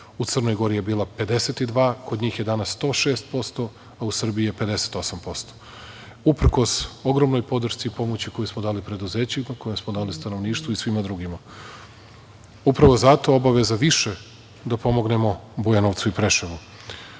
u Crnoj Gori je 52, a kod njih je danas 106 %, a u Srbiji je 58%.Uprkos ogromnoj podršci i pomoći koju smo dali preduzećima i stanovništvu i svima drugima. Upravo zato, obaveza više da pomognemo Bujanovcu i Preševu,